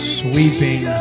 sweeping